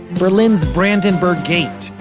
berlin's brandenburg gate,